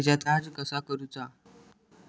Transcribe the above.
Recharge कसा करूचा?